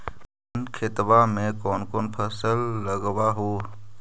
अपन खेतबा मे कौन कौन फसल लगबा हू?